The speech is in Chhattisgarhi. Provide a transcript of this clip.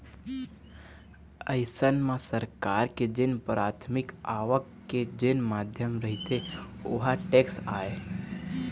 अइसन म सरकार के जेन पराथमिक आवक के जेन माध्यम रहिथे ओहा टेक्स आय